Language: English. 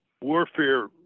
warfare